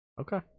Okay